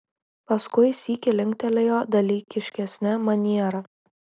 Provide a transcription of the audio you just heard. paskui sykį linktelėjo dalykiškesne maniera